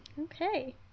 Okay